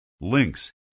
links